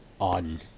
on